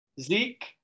zeke